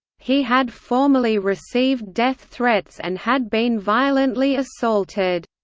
he had formerly received death threats and had been violently assaulted.